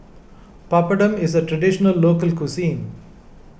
Papadum is a Traditional Local Cuisine